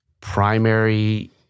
primary